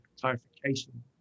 clarification